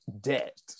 debt